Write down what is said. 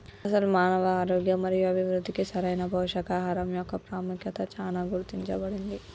అసలు మానవ ఆరోగ్యం మరియు అభివృద్ధికి సరైన పోషకాహరం మొక్క పాముఖ్యత చానా గుర్తించబడింది